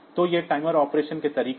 तो ये timer operation के तरीके हैं